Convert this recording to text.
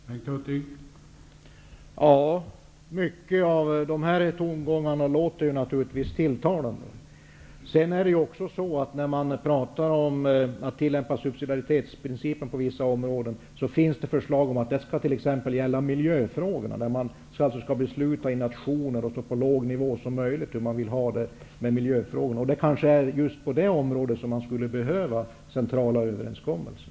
Herr talman! Mycket i de här tongångarna är naturligtvis tilltalande. Det talas om att tillämpa subsidiaritetsprincipen på vissa områden, och det finns förslag om att den skall gälla t.ex. miljöfrågorna. Man skall alltså i nationer, på så låg nivå som möjligt, besluta om hur man vill ha det när det gäller miljön. Det är kanske just på det området som det skulle behövas centrala överenskommelser.